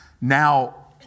Now